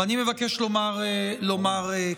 ואני מבקש לומר כך: